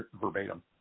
verbatim